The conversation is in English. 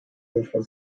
initial